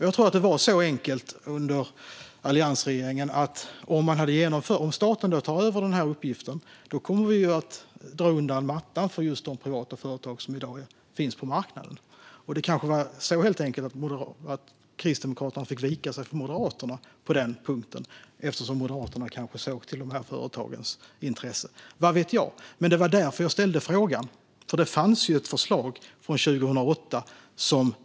Jag tror att det helt enkelt var så under alliansregeringen att man såg att om staten tar över uppgiften kommer vi att dra undan mattan för just de privata företag som i dag finns på marknaden. Det kanske var så att Kristdemokraterna fick vika sig för Moderaterna på den punkten, eftersom Moderaterna kanske såg till de företagens intresse - vad vet jag. Det var därför jag ställde frågan. Det fanns ett förslag från 2008.